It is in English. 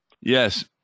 Yes